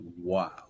wow